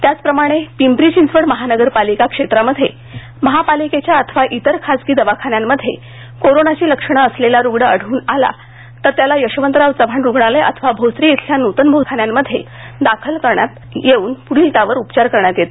याचप्रमाणे पिंपरी चिंचवड महानगरपालिका क्षेत्रामध्ये महापालिकेच्या अथवा तेर खाजगी दवाखान्यांमध्ये कोरोनाची लक्षणं असलेला रुग्ण आढळून आला तर त्याला यशवंतराव चव्हाण रुग्णालय अथवा भोसरी श्रिल्या नुतन भोसरी रुग्णालयात दाखल करून त्यावर पुढील उपचार करण्यात येतील